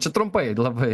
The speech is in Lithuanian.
čia trumpai labai